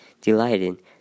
delighted